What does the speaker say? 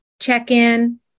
check-in